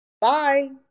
Bye